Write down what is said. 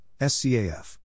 SCAF